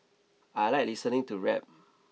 I like listening to rap